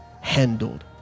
handled